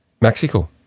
Mexico